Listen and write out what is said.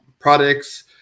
products